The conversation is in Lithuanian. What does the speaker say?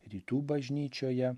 rytų bažnyčioje